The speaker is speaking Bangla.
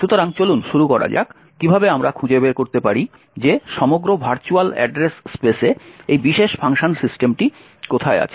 সুতরাং চলুন শুরু করা যাক কিভাবে আমরা খুঁজে বের করতে পারি যে সমগ্র ভার্চুয়াল অ্যাড্রেস স্পেসে এই বিশেষ ফাংশন সিস্টেমটি কোথায় আছে